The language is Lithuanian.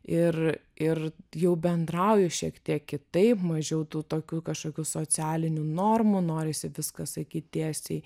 ir ir jau bendrauju šiek tiek kitaip mažiau tų tokių kažkokių socialinių normų norisi viską sakyt tiesiai